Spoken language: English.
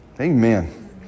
Amen